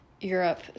Europe